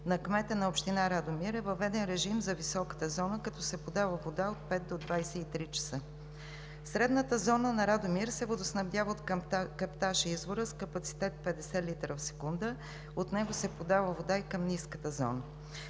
на кмета на община Радомир от декември 2019 г. е въведен режим за високата зона, като се подава вода от 5,00 до 23,00 часа. Средната зона на Радомир се водоснабдява от каптаж „Извора“ с капацитет 50 литра в секунда. От него се подава вода и към ниската зона.